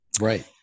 right